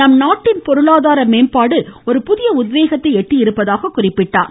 நம் நாட்டின் பொருளாதார மேம்பாடு ஒரு புதிய உத்வேகத்தை எட்டியிருப்பதாக குறிப்பிட்டார்